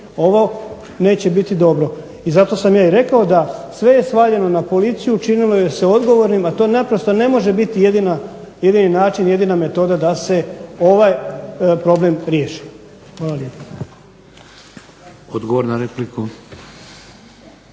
ovo neće biti dobro. I zato sam ja i rekao da sve je svaljeno na policiju, učinilo ju se odgovornim a to naprosto ne može biti jedini način, jedina metoda da se ovaj problem riješi. Hvala lijepa. **Šeks,